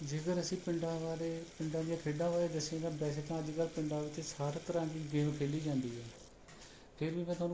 ਜੇਕਰ ਅਸੀਂ ਪਿੰਡਾਂ ਬਾਰੇ ਪਿੰਡਾਂ ਦੀਆਂ ਖੇਡਾਂ ਬਾਰੇ ਦੱਸੀਏ ਤਾਂ ਵੈਸੇ ਤਾਂ ਅੱਜ ਕੱਲ੍ਹ ਪਿੰਡਾਂ ਵਿੱਚ ਸਾਰੇ ਤਰ੍ਹਾਂ ਦੀ ਗੇਮ ਖੇਡੀ ਜਾਂਦੀ ਹੈ ਫਿਰ ਵੀ ਮੈਂ ਤੁਹਾਨੂੰ